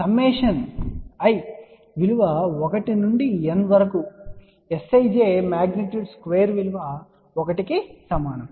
summation I విలువ1 నుండి n వరకు Sij మాగ్నిట్యూడ్ స్క్వేర్ విలువ 1 కు సమానం